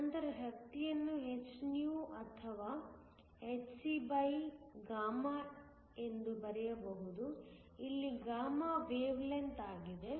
ನಂತರ ಶಕ್ತಿಯನ್ನು hυ ಅಥವಾ hc ಎಂದು ಬರೆಯಿರಿ ಇಲ್ಲಿ ವೇವ್ ಲೆಂಥ್ ಆಗಿದೆ